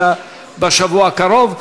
אלא בשבוע הקרוב.